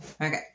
Okay